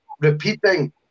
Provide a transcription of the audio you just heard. repeating